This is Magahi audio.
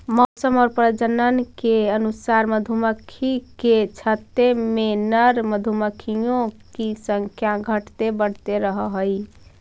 मौसम और प्रजनन के अनुसार मधुमक्खी के छत्ते में नर मधुमक्खियों की संख्या घटते बढ़ते रहअ हई